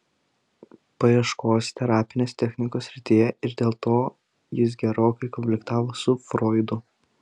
paieškos terapinės technikos srityje ir dėl to jis gerokai konfliktavo su froidu